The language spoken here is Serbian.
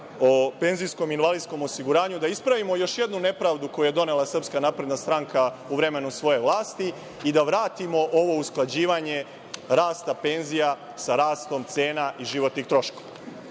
o penzijskom invalidskom osiguranju da ispravimo još jednu nepravdu koju je donela Srpska napredna stranka u vremenu svoje vlasti, i da vratimo ovo usklađivanje rasta penzija sa rastom cena i životnih troškova. Ima